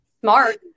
smart